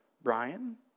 Brian